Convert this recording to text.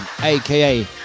aka